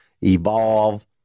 evolve